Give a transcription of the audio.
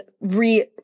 re